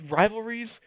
Rivalries